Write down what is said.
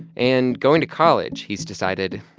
and going to college, he's decided,